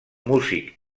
músic